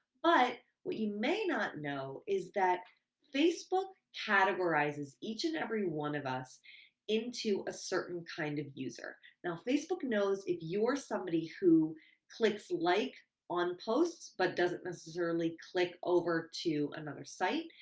but what you may not know is that facebook categorizes each and every one of us into a certain kind of user. now facebook knows if you're somebody who clicks like on posts, but doesn't necessarily click over to another site.